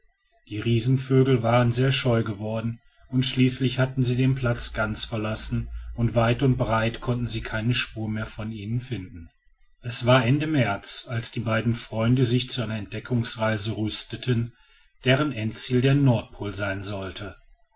die riesenvögel waren sehr scheu geworden und schließlich hatten sie den platz ganz verlassen und weit und breit konnten sie keine spur mehr von ihnen finden es war ende märz als die beiden freunde sich zu einer entdeckungsreise rüsteten deren endziel der nordpol sein sollte